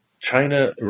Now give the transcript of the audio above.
China